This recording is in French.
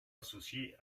associé